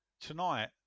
Tonight